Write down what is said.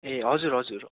ए हजुर हजुर हो